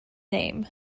name